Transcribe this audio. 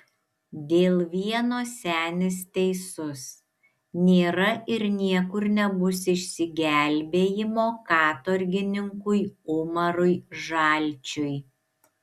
dėl vieno senis teisus nėra ir niekur nebus išsigelbėjimo katorgininkui umarui žalčiui